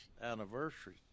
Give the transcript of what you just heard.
anniversary